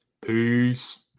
Peace